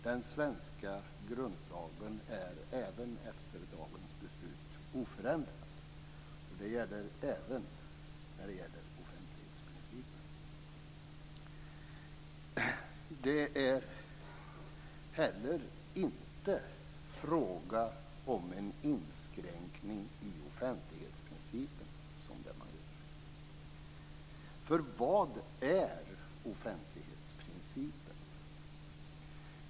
Den svenska grundlagen är även efter dagens beslut oförändrad. Det gäller även offentlighetsprincipen. Det är heller inte fråga om en inskränkning i offentlighetsprincipen, för vad är offentlighetsprincipen?